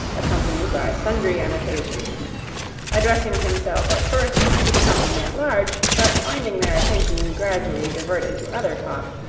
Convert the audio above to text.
accompanied by sundry annotations addressing himself at first to the company at large but finding their attention gradually diverted to other talk,